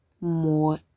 more